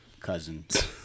cousins